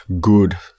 good